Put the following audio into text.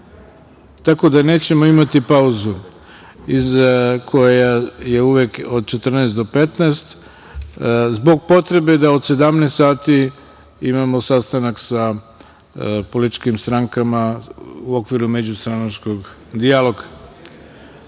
Tako da nećemo imati pauzu, koja je uvek od 14.00 do 15.00 časova zbog potrebe da u 17.00 časova imamo sastanak sa političkim strankama u okviru međustranačkog dijaloga. Tako